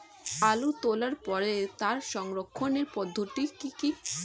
আলু তোলার পরে তার সংরক্ষণের পদ্ধতি কি কি?